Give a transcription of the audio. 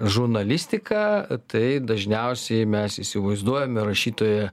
žurnalistiką tai dažniausiai mes įsivaizduojame rašytoją